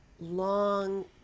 long